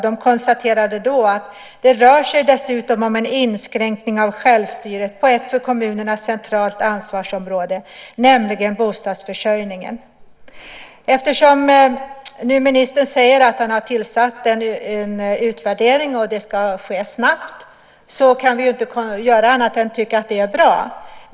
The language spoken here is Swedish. De konstaterade då att det dessutom rörde sig om en inskränkning av självstyret på ett för kommunerna centralt ansvarsområde, nämligen bostadsförsörjningen. Eftersom ministern nu säger att det ska göras en utvärdering och att det ska ske snabbt kan vi inte göra annat än att tycka att det är bra.